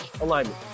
alignment